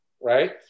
right